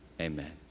Amen